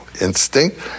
instinct